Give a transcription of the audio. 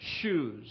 shoes